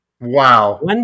Wow